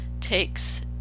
takes